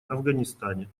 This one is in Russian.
афганистане